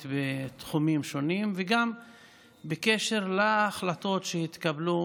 בתחומים שונים והן בקשר להחלטות שהתקבלו